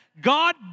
God